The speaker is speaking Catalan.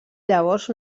llavors